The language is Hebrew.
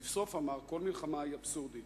ולבסוף אמר: כל מלחמה היא אבסורדית.